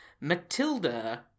Matilda